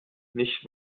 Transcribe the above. nicht